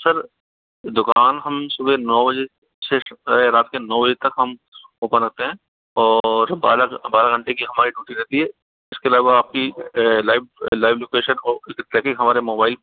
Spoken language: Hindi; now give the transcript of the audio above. सर दुकान हम सुबह नौ बजे से रात के नौ बजे तक हम ओपन रखते है और बारह बारह घंटे की हमारी ड्यूटी रहती है उसके अलावा आपकी लाइव लाइव लोकैशन की ट्रैकिंग हमारे मोबाईल